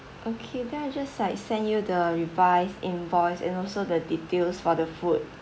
okay then I just like send you the revised invoice and also the details for the food